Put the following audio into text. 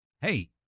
hey